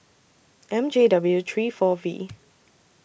M J W three four V